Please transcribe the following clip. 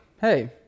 hey